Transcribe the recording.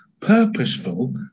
purposeful